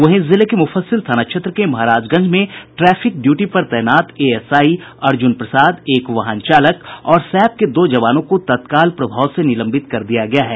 वहीं जिले के मुफर्सिल थाना क्षेत्र के महाराजगंज में ट्रैफिक ड्यूटी पर तैनात एएसआई अर्जुन प्रसाद एक वाहन चालक और सैप के दो जवानों को तत्काल प्रभाव से निलंबित कर दिया गया है